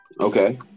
Okay